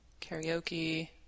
karaoke